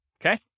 Okay